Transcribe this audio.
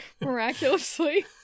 Miraculously